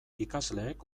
ikasleek